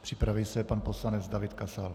Připraví se pan poslanec David Kasal.